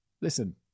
Listen